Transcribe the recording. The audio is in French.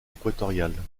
équatoriale